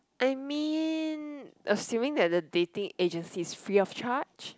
I mean assuming that the dating agency is free of charge